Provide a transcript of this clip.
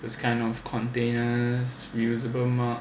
those kind of containers reusable mug